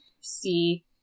see